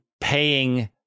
paying